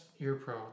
Earpro